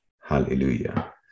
Hallelujah